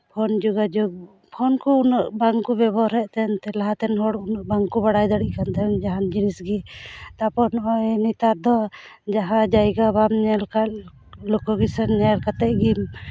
phone ᱡᱳᱜᱟᱡᱳᱜᱽ phone ᱠᱚ ᱩᱱᱟᱹᱜ ᱵᱟᱝ ᱠᱚ ᱵᱮᱵᱚᱦᱟᱨᱮᱫ ᱛᱟᱦᱮᱱ ᱞᱟᱦᱟ ᱛᱮᱱ ᱦᱚᱲ ᱩᱱᱟᱹᱜ ᱵᱟᱝᱠᱚ ᱵᱟᱲᱟᱭ ᱫᱟᱲᱮᱭᱟᱜ ᱠᱟᱱ ᱛᱟᱦᱮᱱ ᱡᱟᱦᱟᱱ ᱡᱤᱱᱤᱥᱜᱮ ᱛᱟᱨᱯᱚᱨ ᱱᱚᱜᱼᱚᱭ ᱱᱮᱛᱟᱨ ᱫᱚ ᱡᱟᱦᱟᱸ ᱡᱟᱭᱜᱟ ᱵᱟᱢ ᱧᱮᱞ ᱠᱟᱫ ᱞᱳᱠᱳᱜᱮᱥᱮᱱ ᱧᱮᱞ ᱠᱟᱛᱮᱫ ᱜᱮᱢ